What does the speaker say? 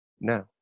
No